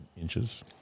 inches